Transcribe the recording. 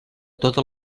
tota